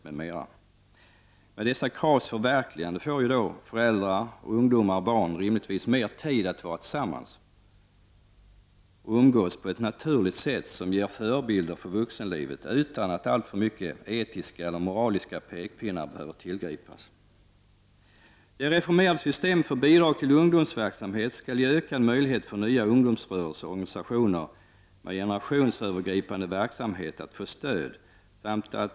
Med dessa kravs förverkligande får föräldrar, ungdomar och barn rimligtvis mera tid att vara tillsammans och umgås på ett naturligt sätt som ger förebilder för vuxenlivet utan att alltför många etiska och moraliska pekpinnar behöver tillgripas. Ett reformerat system för bidrag till ungdomsverksamhet skall ge ökade möjligheter för nya ungdomsrörelser och organisationer med generationsövergripande verksamhet att få stöd.